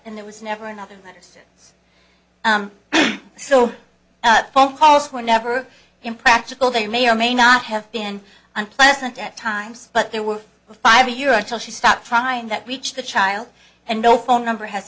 and there was never another letters so phone calls were never impractical they may or may not have been unpleasant at times but there were five a year until she stopped trying that reached the child and no phone number has